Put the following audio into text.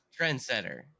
Trendsetter